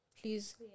please